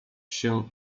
się